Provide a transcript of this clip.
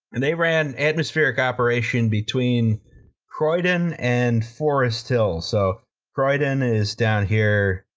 and they ran atmospheric operation between croydon and forest hill. so croydon is down here,